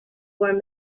were